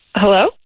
Hello